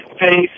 face